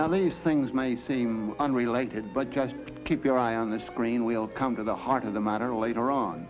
ladies things may seem unrelated but just keep your eye on the screen we'll come to the heart of the matter later on